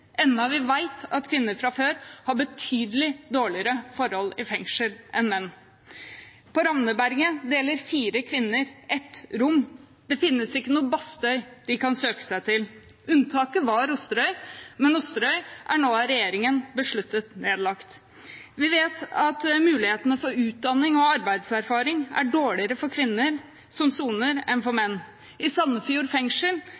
enda vi vet at kvinner fra før har betydelig dårligere forhold i fengsel enn menn. På Ravneberget deler fire kvinner ett rom. Det finnes ikke noe Bastøy de kan søke seg til. Unntaket var Osterøy, men Osterøy er nå av regjeringen besluttet nedlagt. Vi vet at mulighetene for utdanning og arbeidserfaring er dårligere for kvinner som soner enn for menn. I Sandefjord fengsel